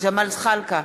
אינה נוכחת ג'מאל זחאלקה,